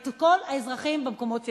את כל האזרחים במקומות שהזכרתי.